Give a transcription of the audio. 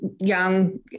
young